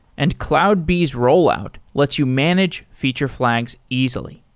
and cloudbees rollout lets you manage feature flags easily.